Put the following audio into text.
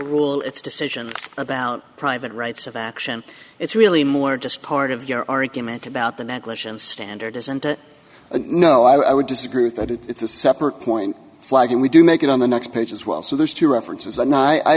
overrule its decision about private rights of action it's really more just part of your argument about the negligence standard as and no i would disagree with that it's a separate point flag and we do make it on the next page as well so there's two references and i